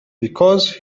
because